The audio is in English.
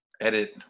Edit